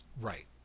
Right